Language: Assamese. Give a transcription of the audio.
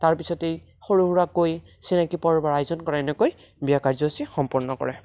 তাৰপিছতেই সৰু সুৰাকৈ চিনাকি পৰ্বৰ আয়োজন কৰে এনেকৈ বিয়া কাৰ্যসূচী সম্পূৰ্ণ কৰে